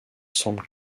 semblent